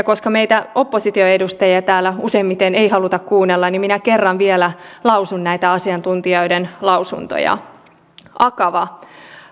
koska meitä opposition edustajia täällä useimmiten ei haluta kuunnella niin minä kerran vielä lausun näitä asiantuntijoiden lausuntoja akava